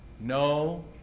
No